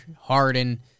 Harden